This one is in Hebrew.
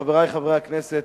חברי חברי הכנסת,